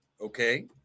Okay